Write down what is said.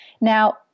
Now